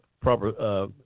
proper